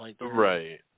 Right